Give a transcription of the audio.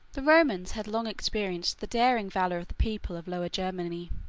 the romans had long experienced the daring valor of the people of lower germany.